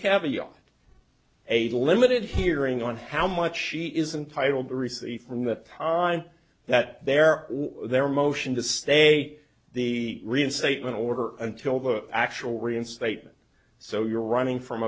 caviar a limited hearing on how much she isn't titled the receipt from that time that they're there motion to stay the reinstatement order until the actual reinstatement so you're running from